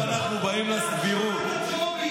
בן אדם עשה הפיכה במדינת ישראל במו ידיו.